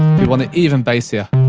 you wanna even bass here.